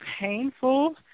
painful